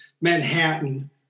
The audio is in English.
Manhattan